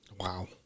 Wow